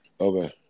Okay